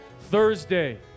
Thursday